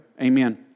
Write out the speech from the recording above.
Amen